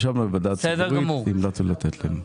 ישבנו בוועדה ציבורית והמלצנו לתת להם.